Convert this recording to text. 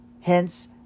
hence